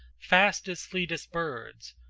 fast as fleetest birds,